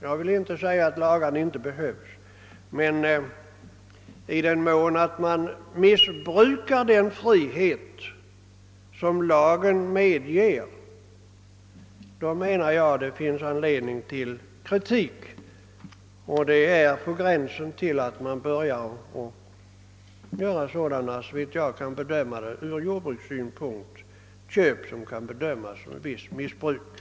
Jag vill inte säga att lagarna inte behövs, men i den mån kommunerna missbrukar den frihet som lagen medger, anser jag att det finns anledning till kritik. En del av de köp som görs ligger på gränsen till vad som ur jordbrukssynpunkt kan bedömas som missbruk av lagen, såvitt jag kan förstå.